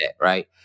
right